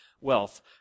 wealth